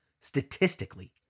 statistically